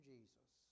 Jesus